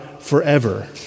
forever